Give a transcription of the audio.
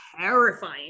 terrifying